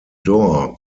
door